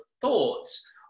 thoughts